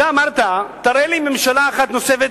אתה אמרת: תראה לי ממשלה אחת נוספת